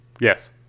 yes